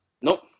Nope